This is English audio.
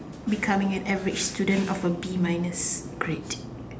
becoming an average student of a B minus grade